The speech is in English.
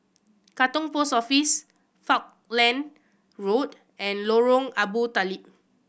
Katong Post Office Falkland Road and Lorong Abu Talib